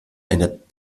einer